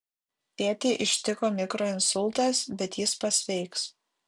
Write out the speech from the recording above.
tėtį ištiko mikroinsultas bet jis pasveiks